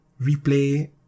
replay